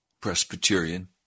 Presbyterian